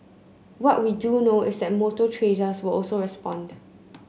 what we do know is that motor traders will also respond